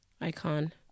icon